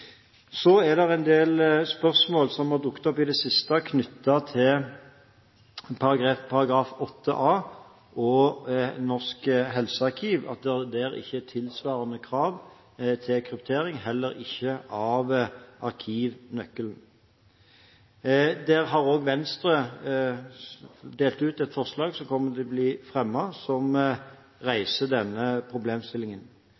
Så er det en del spørsmål som har dukket opp i det siste knyttet til § 8 a og Norsk helsearkiv, om at det der ikke er tilsvarende krav til kryptering, heller ikke av arkivnøkkelen. Venstre har delt ut et forslag som kommer til å bli fremmet som